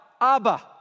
Abba